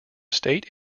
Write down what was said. state